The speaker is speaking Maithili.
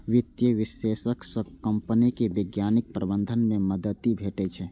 वित्तीय विश्लेषक सं कंपनीक वैज्ञानिक प्रबंधन मे मदति भेटै छै